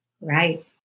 Right